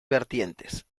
vertientes